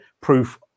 proof